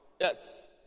Yes